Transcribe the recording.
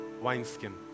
wineskin